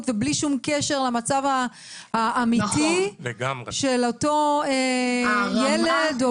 ובלי שום קשר למצב האמיתי של אותו ילד או בוגר.